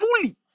fully